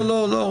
לא.